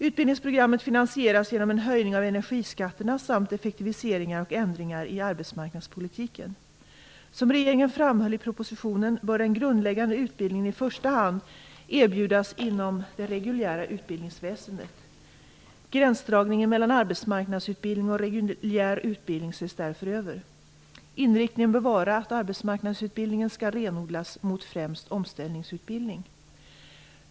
Utbildningsprogrammet finansieras genom en höjning av energiskatterna samt effektiviseringar och ändringar i arbetsmarknadspolitiken. Som regeringen framhöll i propositionen bör den grundläggande utbildningen i första hand erbjudas inom det reguljära utbildningsväsendet. Gränsdragningen mellan arbetsmarknadsutbildning och reguljär utbildning ses därför över. Inriktningen bör vara att arbetsmarknadsutbildningen skall renodlas mot främst omställningsutbildning.